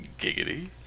Giggity